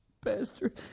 Pastor